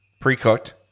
pre-cooked